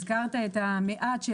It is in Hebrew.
הזכרת את זה ש-1,000 זה מעט,